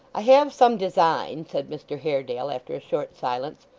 i have some design said mr haredale after a short silence,